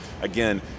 again